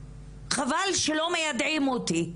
חבל שלא מיידעים אותי,